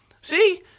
See